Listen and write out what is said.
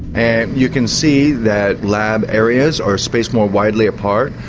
and you can see that lab areas are spaced more widely apart.